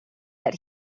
that